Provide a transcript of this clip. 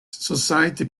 society